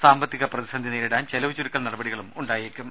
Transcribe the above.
സാമ്പത്തിക പ്രതിസന്ധി നേരിടാൻ ചെലവു ചുരുക്കൽ നടപടികളും ഉണ്ടായേക്കും